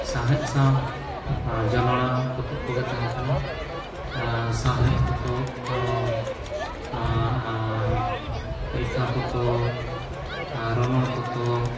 ᱥᱟᱶᱦᱮᱫ ᱥᱟᱶ ᱟᱨ ᱡᱚᱱᱚᱲᱟᱣ ᱯᱚᱛᱚᱵᱽ ᱠᱚᱜᱮ ᱛᱟᱦᱮᱸ ᱠᱟᱱᱟ ᱥᱟᱶᱦᱮᱫ ᱯᱚᱛᱚᱵᱽ ᱟᱨ ᱮᱞᱠᱷᱟ ᱯᱚᱛᱚᱵᱽ ᱨᱚᱱᱚᱲ ᱯᱚᱛᱚᱵᱽ